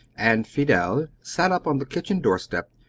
and fidel sat up on the kitchen doorstep,